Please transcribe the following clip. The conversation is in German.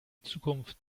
zukunft